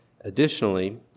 Additionally